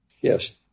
Yes